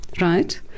right